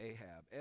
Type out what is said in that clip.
Ahab